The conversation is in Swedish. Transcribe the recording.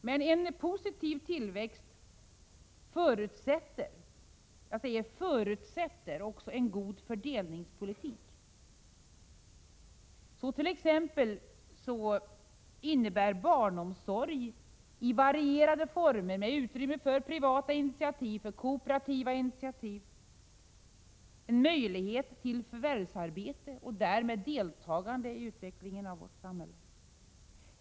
Men en positiv tillväxt förutsätter också en god fördelningspolitik. Barnomsorg -—i varierande former, med utrymme för privata och kooperativa initiativ — ger möjlighet till förvärvsarbete och därmed till deltagande i utvecklingen av vårt samhälle.